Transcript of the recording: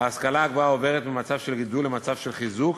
ההשכלה הגבוהה עוברת ממצב של גידול למצב של חיזוק